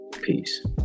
peace